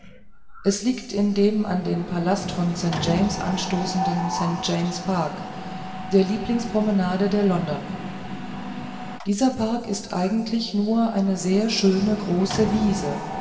es liegt in dem an den palast von st james anstoßenden st james park der lieblingspromenade der londoner dieser park ist eigentlich nur eine sehr schöne große wiese